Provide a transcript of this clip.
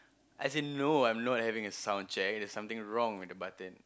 as in no I'm not having a sound check there's something wrong with the button